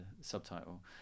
subtitle